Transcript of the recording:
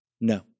No